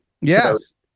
Yes